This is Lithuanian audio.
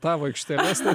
tavo aikštė mes taip